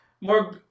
more